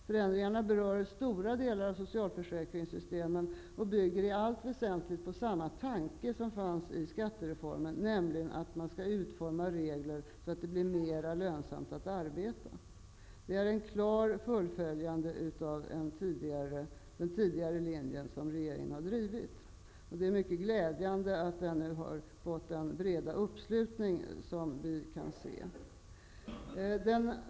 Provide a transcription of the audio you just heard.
Förändringarna berör stora delar av socialförsäkringssystemen och bygger i allt väsentligt på samma tanke som fanns i skattereformen, nämligen att regler skall utformas så att det blir mer lönsamt att arbeta. Det här är ett klart uppföljande av den tidigare linje som regeringen har drivit. Det är mycket glädjande att den har fått den breda uppslutning som vi kan se.